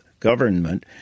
government